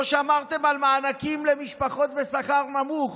לא שמרתם על מענקים למשפחות בשכר נמוך.